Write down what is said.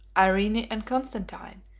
irene and constantine,